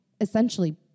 essentially